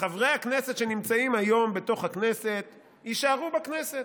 חברי הכנסת שנמצאים היום בתוך הכנסת יישארו רק בכנסת.